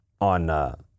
on